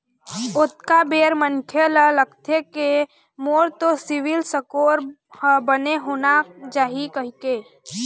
ओतका बेर मनखे ल लगथे के मोर तो सिविल स्कोर ह बने होना चाही कहिके